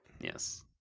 Yes